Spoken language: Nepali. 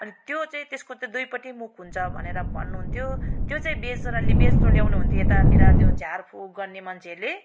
अनि त्यो चाहिँ त्यसको चाहिँ दुइपट्टि मुख हुन्छ भनेर भन्नु हुन्थ्यो त्यो चाहिँ बेच्नुलाई नि बेच्नु ल्याउनु हुन्थ्यो यतातिर त्यो झारफुक गर्ने मान्छेहरूले